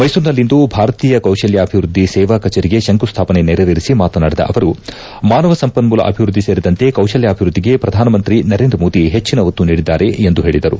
ಮ್ಸೆಸೂರಿನಲ್ಲಿಂದು ಭಾರತೀಯ ಕೌಶಲ್ಲಾಭಿವ್ಯದ್ದಿ ಸೇವಾ ಕಚೇರಿಗೆ ಶಂಕುಸ್ನಾಪನೆ ನೆರವೇರಿಸಿ ಮಾತನಾಡಿದ ಅವರು ಮಾನವ ಸಂಪನ್ನೂಲ ಅಭಿವೃದ್ದಿ ಸೇರಿದಂತೆ ಕೌಶಲ್ಯಾಭಿವೃದ್ದಿಗೆ ಪ್ರಧಾನಮಂತ್ರಿ ನರೇಂದ್ರ ಮೋದಿ ಹೆಚ್ಚಿನ ಒತ್ತು ನೀಡಿದ್ದಾರೆ ಎಂದು ಹೇಳಿದರು